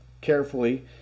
carefully